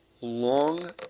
long